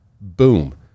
boom